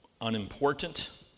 unimportant